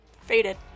faded